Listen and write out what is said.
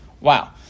Wow